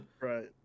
Right